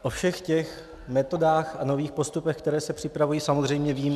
O všech metodách a nových postupech, které se připravují, samozřejmě vím.